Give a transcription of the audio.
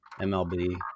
MLB